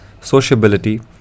sociability